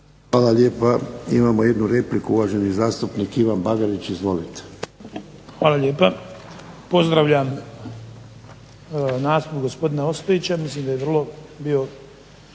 Hvala lijepa. Imamo jednu repliku, uvaženi zastupnik Ivan Bagarić. Izvolite. **Bagarić, Ivan (HDZ)** Hvala lijepa. Pozdravljam gospodina Ostojića, mislim da je vrlo bio